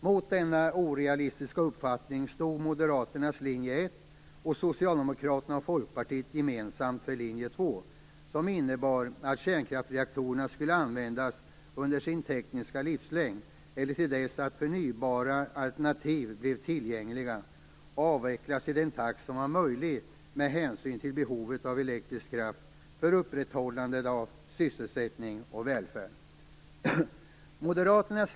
Mot denna orealistiska uppfattning stod dels Moderaternas linje 1, dels Socialdemokraternas och Folkpartiets gemensamma linje 2, som innebar att kärnkraftsreaktorerna skulle användas under sin tekniska livslängd eller till dess att förnybara alternativ blev tillgängliga och avvecklas i den takt som var möjlig med hänsyn till behovet av elektrisk kraft för upprätthållandet av sysselsättning och välfärd.